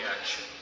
action